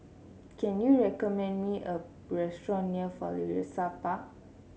can you recommend me a restaurant near Florissa Park